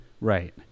right